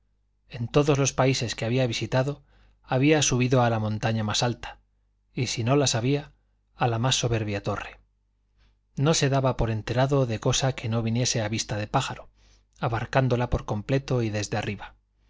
en todos los países que había visitado había subido a la montaña más alta y si no las había a la más soberbia torre no se daba por enterado de cosa que no viese a vista de pájaro abarcándola por completo y desde arriba